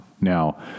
now